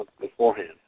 beforehand